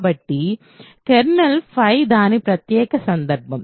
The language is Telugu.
కాబట్టి కెర్నల్ దాని ప్రత్యేక సందర్భం